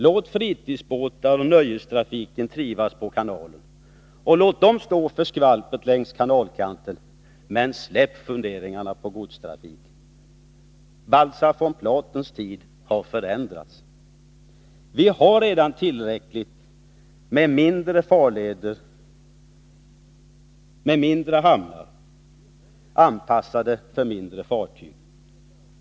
Låt fritidsbåtar och nöjestrafik trivas på kanalen, låt dem stå för skvalpet längs kanalkanten, men släpp funderingarna på godstrafik! Förhållandena har ändrats sedan Baltzar von Platens tid. Vi har redan tillräckligt med mindre farleder med mindre hamnar, anpassade för mindre fartyg.